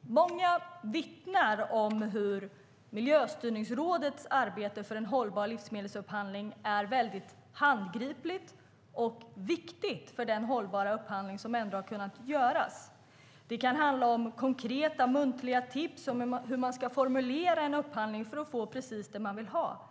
Många vittnar om hur Miljöstyrningsrådets arbete för en hållbar livsmedelsupphandling är handgripligt och viktigt för den hållbara upphandling som ändå har kunnat göras. Det kan handla om konkreta muntliga tips om hur man ska formulera en upphandling för att få precis det man vill ha.